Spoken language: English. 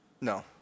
No